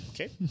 Okay